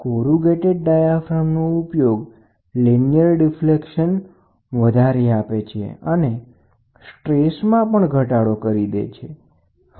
corrugated ડાયાફ્રામનો ઉપયોગ linear વિચલન વધારે છે અને સ્ટ્રેસમાં ઘટાડો કરે છે બરાબર